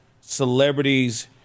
celebrities